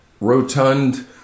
rotund